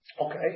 Okay